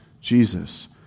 Jesus